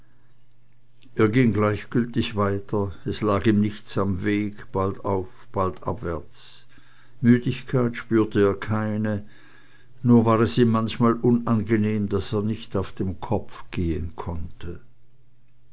er ging gleichgültig weiter es lag ihm nichts am weg bald auf bald abwärts müdigkeit spürte er keine nur war es ihm manchmal unangenehm daß er nicht auf dem kopf gehn konnte